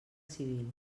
civil